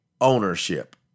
ownership